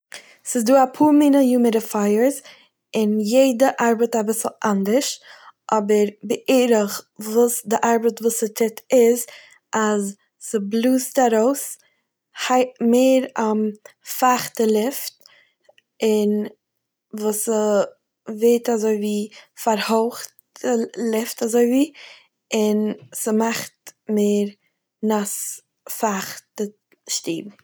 ס'איז דא אפאר מינע יומידעפייערס און יעדע ארבעט אביסל אנדערש אבער בערך וואס די ארבעט וואס ס'טוט איז אז ס'בלאזט ארויס היי- מער פייכטע לופט און וואס ס'ווערט אזוי ווי פארהויכטע לופט אזוי ווי, און ס'מאכט מער נאס פייכט די שטוב.